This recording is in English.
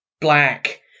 black